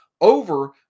over